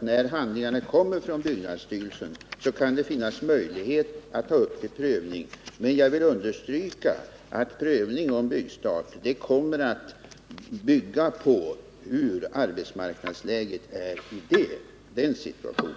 När handlingarna kommer från byggnadsstyrelsen är det klart att det kan finnas möjlighet att ta upp frågan till prövning. Men jag vill understryka att prövningen av byggstartsärendet kommer att bygga på hur arbetsmarknadsläget ser ut vid det tillfället.